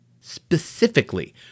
Specifically